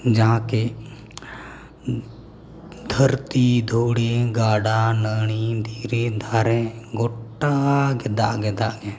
ᱡᱟᱦᱟᱸ ᱠᱤ ᱫᱷᱟᱹᱨᱛᱤ ᱫᱷᱩᱲᱤ ᱜᱟᱰᱟ ᱱᱟᱹᱲᱤ ᱫᱷᱤᱨᱤ ᱫᱟᱨᱮ ᱜᱚᱴᱟᱜᱮ ᱫᱟᱜ ᱜᱮ ᱫᱟᱜ ᱜᱮ